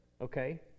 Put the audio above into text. Okay